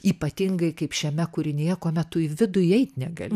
ypatingai kaip šiame kūrinyje kuomet į vidų įeit negali